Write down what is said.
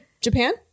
japan